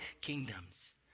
kingdoms